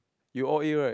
you all A right